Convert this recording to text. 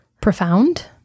profound